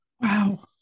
Wow